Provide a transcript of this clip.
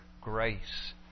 grace